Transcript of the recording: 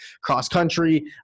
cross-country